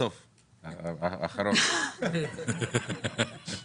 הצבעה לא אושר.